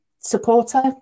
supporter